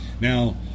Now